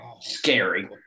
scary